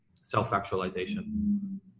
self-actualization